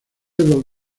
dos